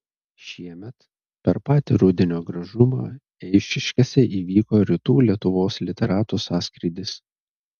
šiemet per patį rudenio gražumą eišiškėse įvyko rytų lietuvos literatų sąskrydis